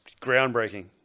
groundbreaking